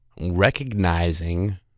recognizing